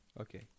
Okay